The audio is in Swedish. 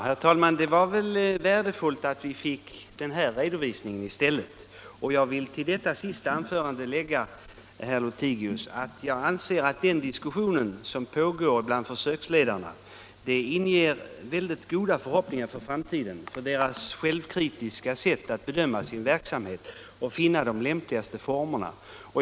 Herr talman! Det var ju värdefullt att vi fick denna redovisning. Till den vill jag bara lägga att jag anser att den diskussion som pågår bland försöksledarna inger mycket goda förhoppningar för framtiden med tanke forskning forskning 110 på deras självkritiska sätt att bedöma sin verksamhet och försök att finna de lämpligaste formerna.